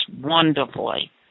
wonderfully